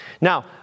Now